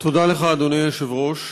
תודה לך, אדוני היושב-ראש.